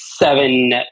seven